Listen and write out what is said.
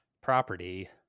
property